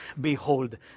behold